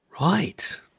Right